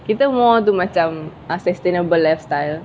kita more to macam a sustainable lifestyle